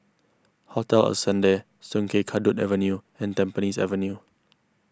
Hotel Ascendere Sungei Kadut Avenue and Tampines Avenue